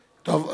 טוב,